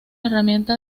herramienta